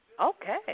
Okay